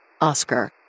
Oscar